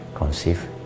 Conceive